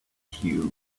cubes